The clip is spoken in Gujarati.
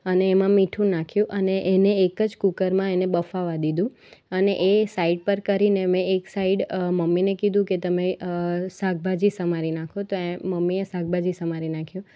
અને એમાં મીઠું નાખ્યું અને એને એક જ કુકરમાં એને બફાવા દીધું અને એ સાઇડ પર કરીને મેં એક સાઇડ મમ્મીને કીધું કે તમે શાકભાજી સમારી નાખો તો એ મમ્મીએ શાકભાજી સમારી નાખ્યું